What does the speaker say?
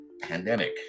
pandemic